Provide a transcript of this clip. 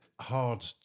hard